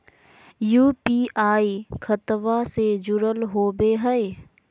UPI खतबा से जुरल होवे हय?